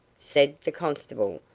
said the constable,